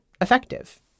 effective